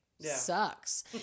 sucks